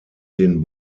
den